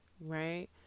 right